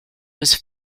was